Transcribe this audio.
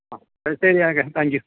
ആ ശരി okay thank U